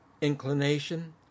inclination